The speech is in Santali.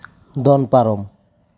ᱫᱚᱱ ᱯᱟᱨᱚᱢ